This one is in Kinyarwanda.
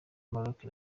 maroke